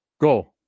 go